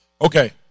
okay